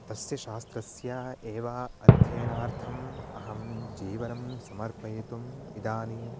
तस्य शास्त्रस्य एव अध्ययनार्थं अहं जीवनं समर्पयितुम् इदानीं